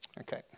Okay